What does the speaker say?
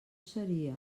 seria